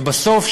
וכשבסוף,